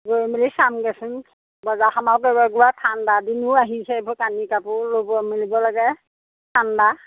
গৈ মেলি চামগৈচোন বজাৰ সমাৰ কেনেকুৱা ঠাণ্ডা দিনো আহিছে এইবোৰ কানি কাপোৰ ল'ব মেলিব লাগে ঠাণ্ডা